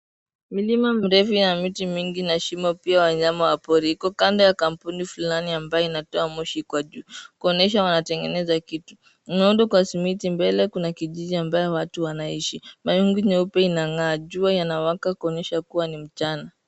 Milima mirefu ya miti mingi na shimo pia ya wanyama wa pori pia iko kando ya kampuni fulani ambayo inatoa moshi kuonyesha wanatengeneza kitu imeundwa kwa simiti mbele kuna kijiji ambayo watu wanaishi rangi nyeupe inangaa jua inawaka kuonyesha kuwa ni mchana